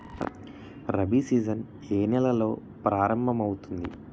Rabi season ఏ నెలలో ప్రారంభమౌతుంది?